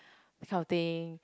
that kind of thing